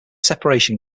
separation